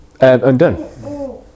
undone